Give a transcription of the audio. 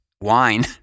wine